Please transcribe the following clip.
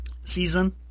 season